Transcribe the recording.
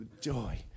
joy